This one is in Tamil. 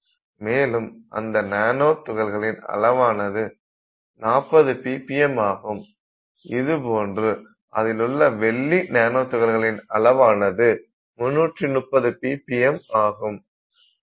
மேலும் அந்த நானோ துகள்களின் அளவானது 40 ppm ஆகும் இதுபோன்று அதிலுள்ள வெள்ளி நானோ துகள்களின் அளவானது 330 ppm ஆகும்